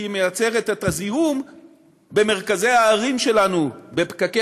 כי היא מייצרת את הזיהום במרכזי הערים שלנו ובפקקי